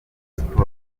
siporo